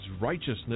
righteousness